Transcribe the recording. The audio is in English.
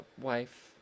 wife